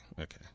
okay